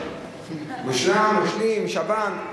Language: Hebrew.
מושלם, מושלם, משלים.